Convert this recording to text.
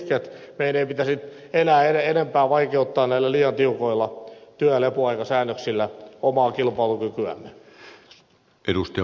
meidän ei pitäisi enää enempää vaikeuttaa näillä liian tiukoilla työ ja lepoaikasäännöksillä omaa kilpailukykyämme